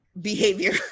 behavior